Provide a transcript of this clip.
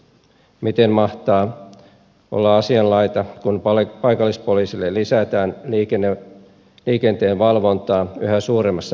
miten mahtaa olla asianlaita kun paikallispoliisille lisätään liikenteenvalvontaa yhä suuremmassa määrin